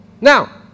Now